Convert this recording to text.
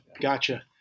gotcha